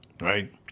right